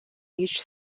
each